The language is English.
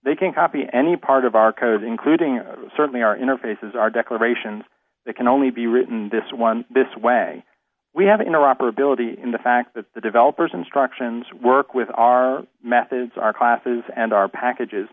they can copy any part of our code including certainly our interfaces our declarations that can only be written this one this way we have interoperability in the fact that the developers instructions work with our methods our classes and our packages